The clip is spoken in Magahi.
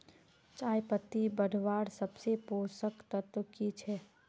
चयपत्ति बढ़वार सबसे पोषक तत्व की छे?